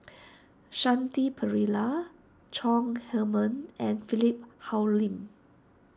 Shanti Pereira Chong Heman and Philip Hoalim